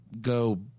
go